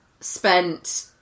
spent